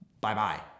bye-bye